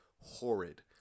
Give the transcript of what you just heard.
horrid